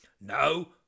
No